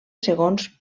segons